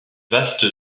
vaste